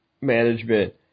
management